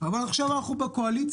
אבל עכשיו אנחנו בקואליציה